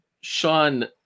Sean